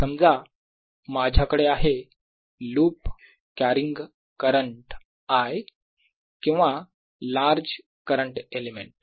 समजा माझ्याकडे आहे लूप कॅरिंग करंट I किंवा लार्ज करंट एलिमेंट